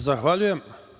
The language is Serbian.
Zahvaljujem.